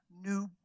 new